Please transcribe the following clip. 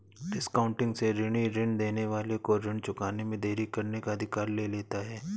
discounting से ऋणी ऋण देने वाले को ऋण चुकाने में देरी करने का अधिकार ले लेता है